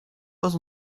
was